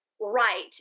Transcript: right